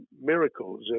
miracles